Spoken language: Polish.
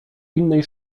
innej